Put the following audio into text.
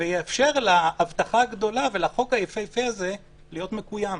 ויאפשר להבטחה הגדולה ולחוק היפהפה הזה להיות מקוים,